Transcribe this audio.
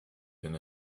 been